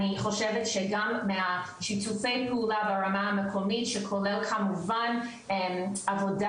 אני חושבת שגם מהשיתופי פעולה ברמה המקומית שכוללת כמובן עבודה